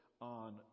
on